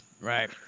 Right